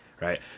right